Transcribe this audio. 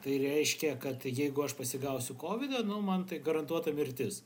tai reiškia kad jeigu aš pasigausiu kovidą nu man tai garantuota mirtis